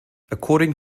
according